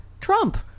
Trump